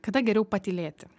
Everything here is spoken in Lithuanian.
kada geriau patylėti